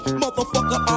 motherfucker